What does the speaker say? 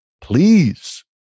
please